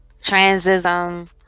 transism